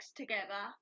together